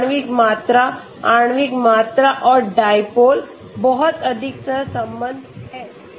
यह आणविक मात्रा आणविक मात्रा और dipole बहुत अधिक सहसंबंध है